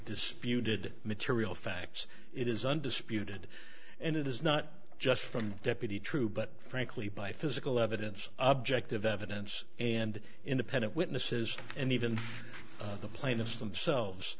disputed material facts it is undisputed and it is not just from deputy true but frankly by physical evidence objectively evidence and independent witnesses and even the plaintiff themselves